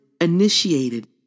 initiated